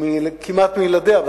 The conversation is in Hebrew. וכמעט מילדיה.